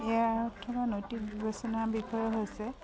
ইয়াৰ আঁৰত থকা নৈতিক বিবেচনাৰ বিষয়ে হৈছে